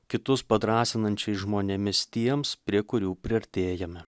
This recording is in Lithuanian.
kitus padrąsinančiai žmonėmis tiems prie kurių priartėjame